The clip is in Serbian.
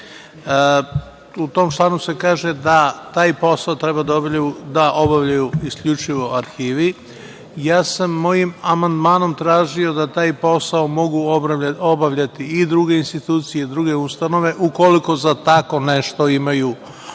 U tom članu se kaže da taj posao treba da obavljaju isključivo arhivi. Mojim amandmanom sam tražio da taj posao mogu obavljati i druge institucije i druge ustanove ukoliko za tako nešto imaju tehničke